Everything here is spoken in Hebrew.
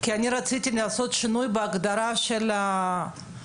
כי אני רציתי לעשות שינוי בהגדרה של חוק